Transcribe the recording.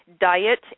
diet